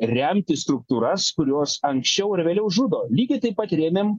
remti struktūras kurios anksčiau ar vėliau žudo lygiai taip pat rėmėm